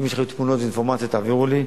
אם יש לכם תמונות ואינפורמציה, תעבירו לי,